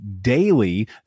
daily